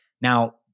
Now